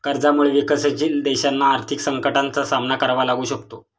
कर्जामुळे विकसनशील देशांना आर्थिक संकटाचा सामना करावा लागू शकतो